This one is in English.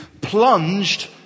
plunged